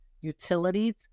utilities